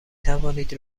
توانید